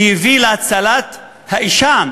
שהביא להצלת האישה.